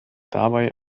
dabei